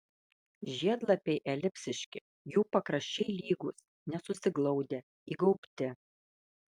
žiedlapiai elipsiški jų pakraščiai lygūs nesusiglaudę įgaubti